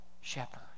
shepherd